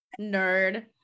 Nerd